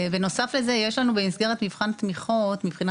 בנוסף לזה יש לנו במסגרת מרחב תמיכות מבחינה